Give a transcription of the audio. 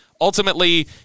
ultimately